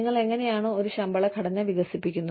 നിങ്ങൾ എങ്ങനെയാണ് ഒരു ശമ്പള ഘടന വികസിപ്പിക്കുന്നത്